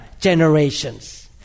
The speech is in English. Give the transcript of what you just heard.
generations